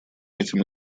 этим